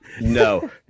no